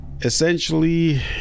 essentially